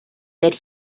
that